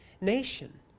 nation